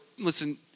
Listen